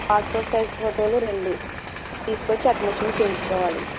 passport size ఫోటోలు రెండు తీసుకొచ్చి అడ్మిషన్ చెయ్యించుకోవాలి